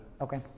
Okay